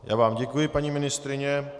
Já vám děkuji, paní ministryně.